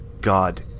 god